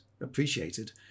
appreciated